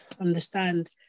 understand